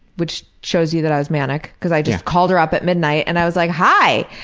which shows you that i was manic cause i just called her up at midnight and i was like hi!